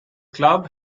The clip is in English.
club